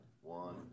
one